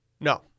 No